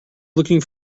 looking